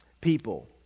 people